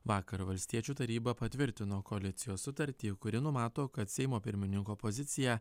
vakar valstiečių taryba patvirtino koalicijos sutartį kuri numato kad seimo pirmininko pozicija